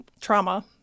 trauma